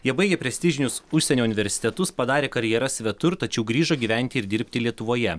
jie baigę prestižinius užsienio universitetus padarė karjeras svetur tačiau grįžo gyventi ir dirbti lietuvoje